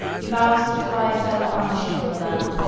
he vows to fly self-banished from the land,